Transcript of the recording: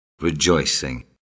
rejoicing